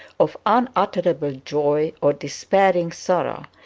of unutterable joy or despairing sorrow,